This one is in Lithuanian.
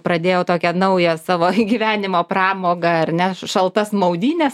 pradėjau tokią naują savo gyvenimo pramogą ar ne šaltas maudynes